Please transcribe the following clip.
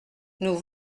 nous